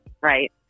right